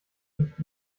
nicht